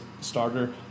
starter